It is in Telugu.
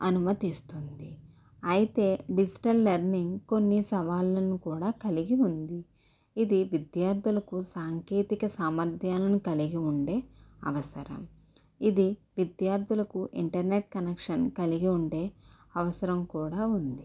అనుమతిస్తుంది అయితే డిజిటల్ లర్నింగ్ కొన్ని సవాలను కూడా కలిగి ఉంది ఇది విద్యార్థులకు సాంకేతిక సామర్థ్యాలను కలిగి ఉండే అవసరం ఇది విద్యార్థులకు ఇంటర్నెట్ కనెక్షన్ కలిగి ఉండే అవసరం కూడా ఉంది